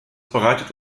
bereitet